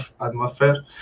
atmosphere